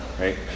right